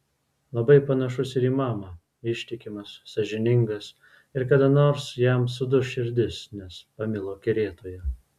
labai panašus ir į mamą ištikimas sąžiningas ir kada nors jam suduš širdis nes pamilo kerėtoją